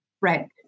Right